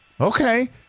Okay